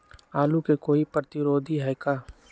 आलू के कोई प्रतिरोधी है का?